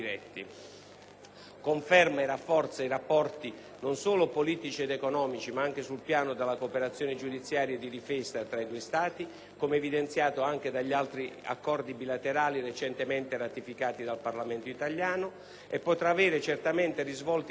conferma e rafforza i rapporti, non solo politici ed economici, ma anche sul piano della cooperazione giudiziaria e di difesa, tra i due Stati, come evidenziato anche dagli altri accordi bilaterali recentemente ratificati dal Parlamento italiano. La ratifica della Convenzione potrà